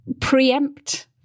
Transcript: preempt